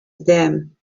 them